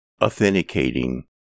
authenticating